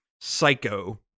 psycho